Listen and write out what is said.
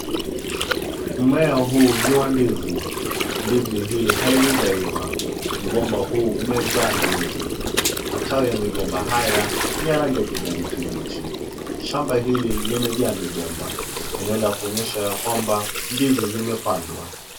Mmea huu ni wa ndizi. Ndizi hii halijaiva. Mgomba huu umezaa ndizi. Matawi ya migomba haya ni rangi kijani kibichi. Shamba hili limejaa migomba. Eneo la kuonyesha ya kwamba ndizi zimepandwa.